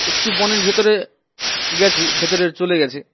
একটু বনের ভেতরে গেছি ভেতরে চলে গেছে